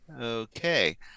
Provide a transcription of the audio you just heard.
Okay